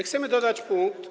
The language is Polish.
Chcemy dodać punkt.